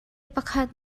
pakhat